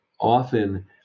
often